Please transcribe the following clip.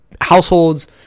households